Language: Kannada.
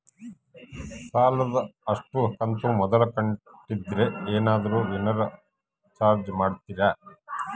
ಸಾಲದ ಅಷ್ಟು ಕಂತು ಮೊದಲ ಕಟ್ಟಿದ್ರ ಏನಾದರೂ ಏನರ ಚಾರ್ಜ್ ಮಾಡುತ್ತೇರಿ?